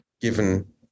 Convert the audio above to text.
given